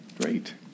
Great